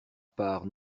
part